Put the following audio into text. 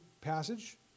passage